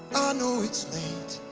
know it's late